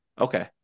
Okay